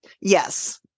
Yes